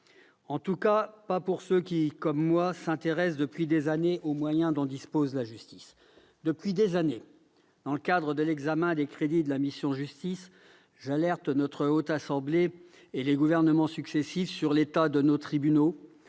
en tout cas pas pour ceux qui, comme moi, s'intéressent depuis des années aux moyens dont dispose la justice. Depuis des années, en effet, dans le cadre de l'examen des crédits de la mission « Justice », j'alerte la Haute Assemblée et les gouvernements successifs sur l'état de nos tribunaux,